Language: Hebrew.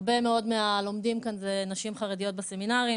הרבה מאוד מהלומדים כאן זה נשים חרדיות בסמינרים,